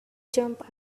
jump